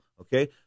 Okay